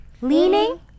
Leaning